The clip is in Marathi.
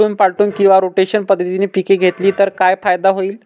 आलटून पालटून किंवा रोटेशन पद्धतीने पिके घेतली तर काय फायदा होईल?